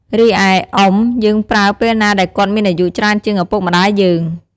រីឯ "អ៊ុំ" យើងប្រើពេលណាដែលគាត់មានអាយុច្រើនជាងឪពុកម្តាយយើង។